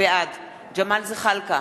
בעד ג'מאל זחאלקה,